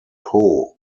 poe